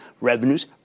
revenues